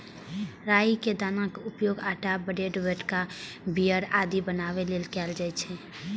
राइ के दाना के उपयोग आटा, ब्रेड, वोदका, बीयर आदि बनाबै लेल कैल जाइ छै